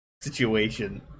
situation